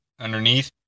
underneath